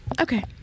okay